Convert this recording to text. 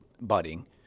budding